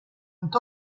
ont